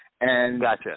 Gotcha